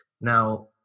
Now